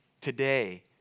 today